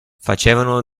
facevano